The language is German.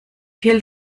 viel